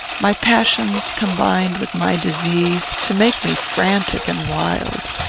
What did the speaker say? my passions combined with my disease to make me frantic and wild.